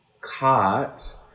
caught